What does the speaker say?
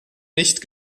nicht